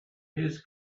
his